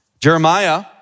Jeremiah